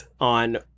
on